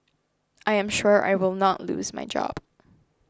I am sure I will not lose my job